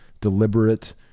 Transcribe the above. deliberate